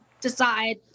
decide